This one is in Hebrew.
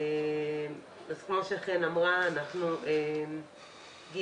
כמו שחן אמרה, אנחנו גייסנו